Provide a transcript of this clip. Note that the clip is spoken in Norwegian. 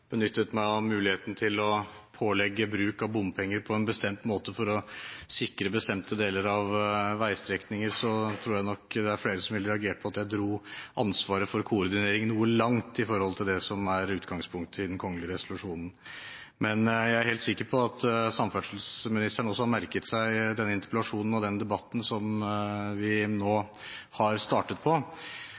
dro ansvaret for koordinering noe langt i forhold til det som er utgangspunktet i den kongelige resolusjonen. Men jeg er helt sikker på at samferdselsministeren også har merket seg denne interpellasjonen og den debatten som vi nå har startet på.